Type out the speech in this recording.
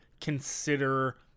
consider